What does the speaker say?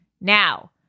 Now